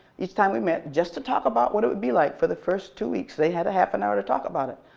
each time we met just to talk about what it would be like. for the first two weeks, they had a half and hour to talk about it.